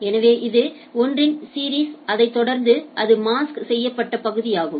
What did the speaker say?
எனவே இது 1 சீாிஸ் அதைத் தொடர்ந்து அது மாஸ்க் செய்யப்பட்ட பகுதியாகும்